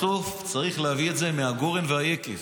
בסוף צריך להביא את זה מהגורן ומהיקב.